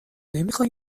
نمیخوای